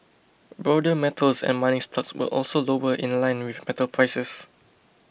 broader metals and mining stocks were also lower in line with metal prices